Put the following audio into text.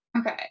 Okay